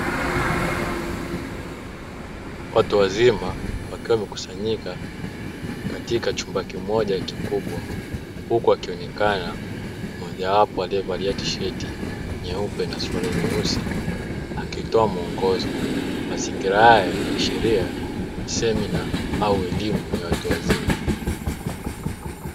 Watu wazima wakiwa wamekusanyika katika chumba kimoja kikubwa huku wakionekana mmoja wapo aliyevalia tisheti na suruali nyeusi akitoa muongozo. Mazingira haya yanaashiria semina au elimu ya watu wazima.